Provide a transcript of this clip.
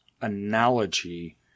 analogy